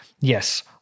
yes